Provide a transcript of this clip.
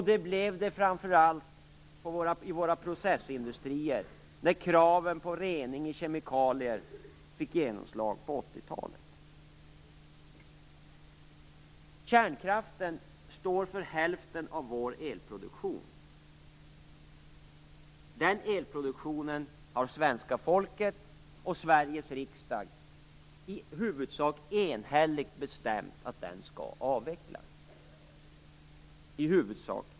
Det blev det framför allt i våra processindustrier, när kraven på rening av kemikalier fick genomslag på 80 Kärnkraften står för hälften av vår elproduktion. Den elproduktionen har svenska folket och Sveriges riksdag i huvudsak enhälligt bestämt skall avvecklas.